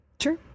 Sure